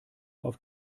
auf